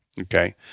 Okay